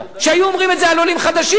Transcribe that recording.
שהיו אומרים את זה על עולים חדשים.